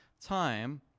time